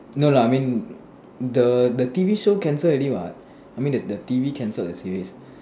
no no no I mean the the T_V show cancel already what I mean the T_V cancelled the series